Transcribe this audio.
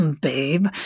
babe